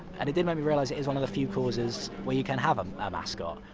and it did make me realize it is one of the few causes where you can have a mascot.